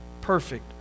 perfect